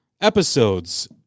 episodes